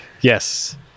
Yes